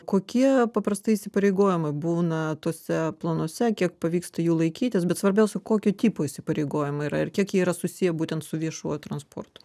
kokie paprastai įsipareigojimai būna tuose planuose kiek pavyksta jų laikytis bet svarbiausia kokio tipo įsipareigojimai yra ir kiek jie yra susiję būtent su viešuoju transportu